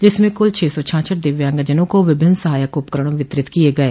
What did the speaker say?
जिसमें कुल छःसौ छाछठ दिव्यांगजनों को विभिन्न सहायक उपकरण वितरित किये गये